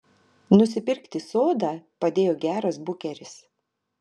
nusipirkti sodą padėjo geras bukeris